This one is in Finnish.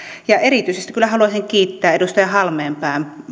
ja erityisesti kyllä haluaisin kiittää edustaja halmeenpään